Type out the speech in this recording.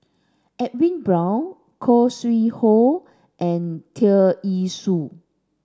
Edwin Brown Khoo Sui Hoe and Tear Ee Soon